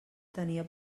tenia